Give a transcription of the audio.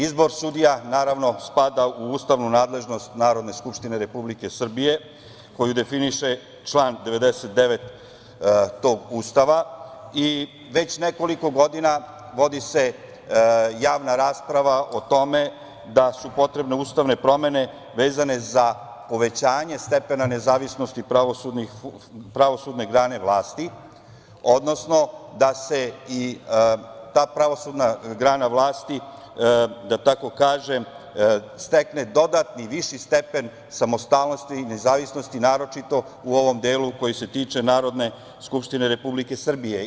Izbor sudija spada u ustavnu nadležnost Narodne skupštine Republike Srbije, koju definiše član 99. tog Ustava i već nekoliko godina vodi se javna rasprava o tome da su potrebne ustavne promene vezane za uvećanje stepena nezavisnosti pravosudne grane vlasti, odnosno da i ta pravosudna grana vlasti stekne dodatni, viši stepen samostalnosti, nezavisnosti, naročito u ovom delu koji se tiče Narodne skupštine Republike Srbije.